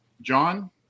John